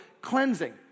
cleansing